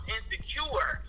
Insecure